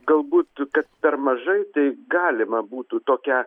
galbūt kad per mažai tai galima būtų tokią